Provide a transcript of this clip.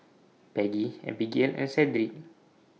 Peggie Abigayle and Sedrick